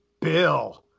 Bill